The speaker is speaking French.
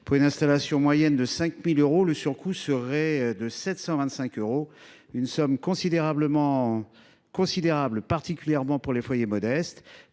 Pour une installation moyenne de 5 000 euros, le surcoût s’élèverait à 725 euros, soit une somme considérable, en particulier pour les foyers modestes.